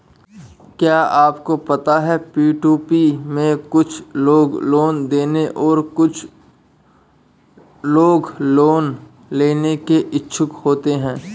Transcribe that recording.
क्या आपको पता है पी.टू.पी में कुछ लोग लोन देने और कुछ लोग लोन लेने के इच्छुक होते हैं?